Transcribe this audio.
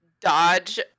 dodge